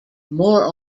more